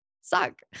suck